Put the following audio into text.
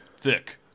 thick